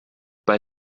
bei